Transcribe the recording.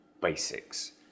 basics